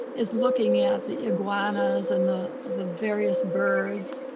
is looking at the iguanas and the the various birds,